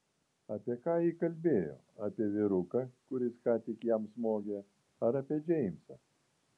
apie ką ji kalbėjo apie vyruką kuris ką tik jam smogė ar apie džeimsą